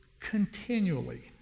continually